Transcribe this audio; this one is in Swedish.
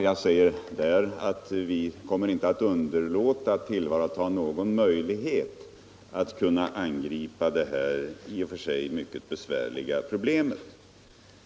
Jag kan säga att vi inte kommer att underlåta att tillvarata någon möjlighet att angripa detta i och för sig mycket besvärliga problem.